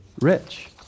rich